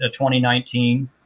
2019